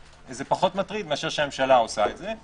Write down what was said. זה פחות מטריד מאשר שהממשלה עושה את זה.